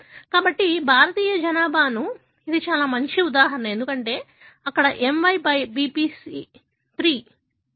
కాబట్టి భారతీయ జనాభాకు ఇది చాలా మంచి ఉదాహరణ ఎందుకంటే అక్కడ MYBPC3 అనే జన్యువు ఉంది